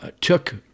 took